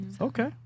okay